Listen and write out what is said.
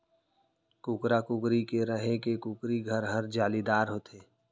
कुकरा, कुकरी के रहें के कुकरी घर हर जालीदार होथे